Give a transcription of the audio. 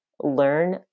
learn